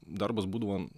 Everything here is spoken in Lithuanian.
darbas būdavo